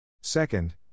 Second